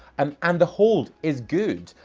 um and the hold is good.